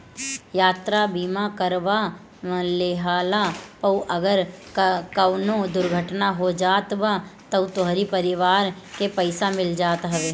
यात्रा बीमा करवा लेहला पअ अगर कवनो दुर्घटना हो जात बा तअ तोहरी परिवार के पईसा मिल जात हवे